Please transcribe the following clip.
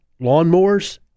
lawnmowers